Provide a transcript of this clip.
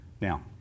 Now